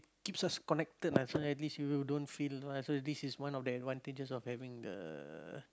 keeps us connected lah so at least you don't feel so this is one of the advantages of having the